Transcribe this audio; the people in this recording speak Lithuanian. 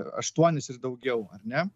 aštuonis ir daugiau ar ne